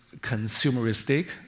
consumeristic